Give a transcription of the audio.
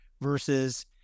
versus